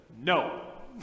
No